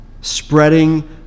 Spreading